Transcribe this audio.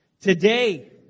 Today